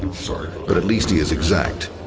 sort of but at least he is exact,